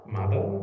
Mother